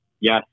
yes